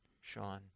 Sean